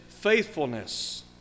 faithfulness